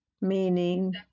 meaning